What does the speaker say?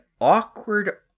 awkward